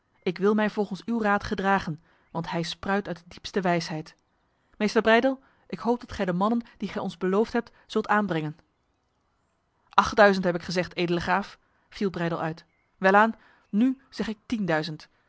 ik wil mij volgens uw raad gedragen want hij spruit uit de diepste wijsheid meester breydel ik hoop dat gij de mannen die gij ons beloofd hebt zult aanbrengen achtduizend heb ik gezegd edele graaf viel breydel uit welaan nu zeg ik tienduizend